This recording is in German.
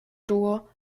duo